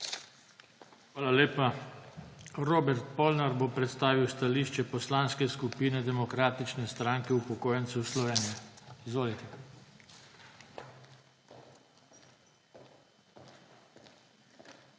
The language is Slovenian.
Hvala lepa. Robert Polnar bo predstavil stališče Poslanske skupine Demokratične stranke upokojencev Slovenije. ROBERT POLNAR